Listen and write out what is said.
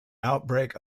outbreak